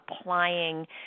applying